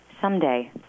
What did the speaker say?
someday